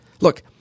Look